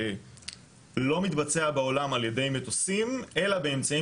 לא מתבצע בעולם על ידי מטוסים אלא באמצעים